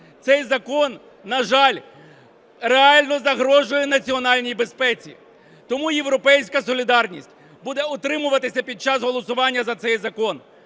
Цей закон, на жаль, реально загрожує національній безпеці. Тому "Європейська солідарність" буде утримуватися під час голосування за цей закон.